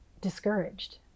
discouraged